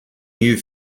new